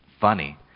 funny